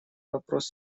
вопрос